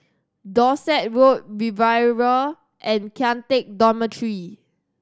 Dorset Road Riviera and Kian Teck Dormitory